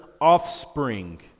offspring